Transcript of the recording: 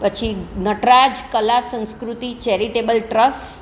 પછી Nataraj Kala Sanskriti charitable trust